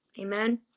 Amen